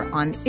on